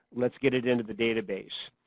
let's get it into the database.